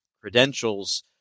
credentials